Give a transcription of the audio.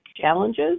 challenges